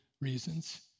reasons